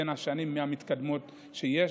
בין השנים מן המתקדמות שיש.